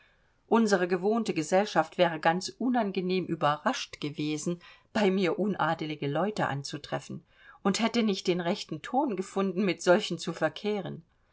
unsere gewohnte gesellschaft wäre ganz unangenehm überrascht gewesen bei mir unadelige leute anzutreffen und hätte nicht den rechten ton gefunden mit solchen zu verkehren